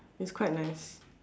it's quite nice